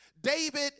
David